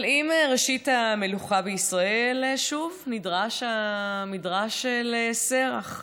אבל עם ראשית המלוכה בישראל שוב נדרש המדרש לשרח.